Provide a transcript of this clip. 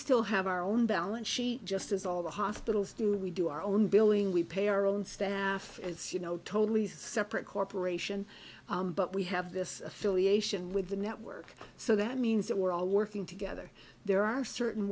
still have our own balance sheet just as all the hospitals do we do our own billing we pay our own staff as you know totally separate corporation but we have this affiliation with the network so that means that we're all working together there are certain